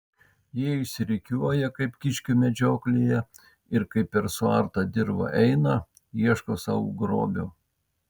jie išsirikiuoja kaip kiškių medžioklėje ir kaip per suartą dirvą eina ieško sau grobio